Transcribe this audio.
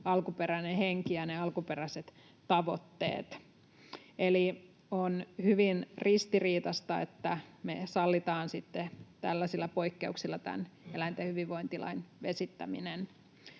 alkuperäinen henki ja ne alkuperäiset tavoitteet. Eli on hyvin ristiriitaista, että me sallitaan sitten tällaisilla poikkeuksilla tämän eläinten hyvinvointilain vesittäminen.